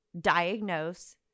diagnose